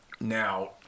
now